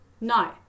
no